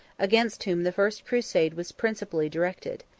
against whom the first crusade was principally directed.